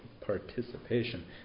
participation